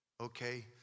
okay